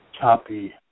copy